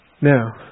Now